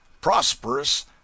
prosperous